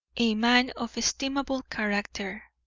a man of estimable character.